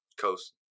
Coast